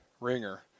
ringer